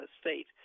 state